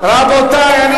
רבותי,